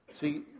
See